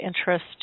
interest